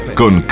con